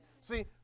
See